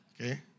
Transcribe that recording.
Okay